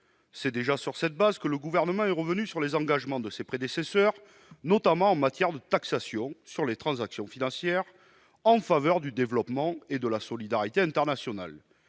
C'est sur cette base que le Gouvernement est déjà revenu sur les engagements de ses prédécesseurs, notamment en matière de taxation sur les transactions financières en faveur du développement et de la solidarité internationale.